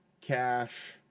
cash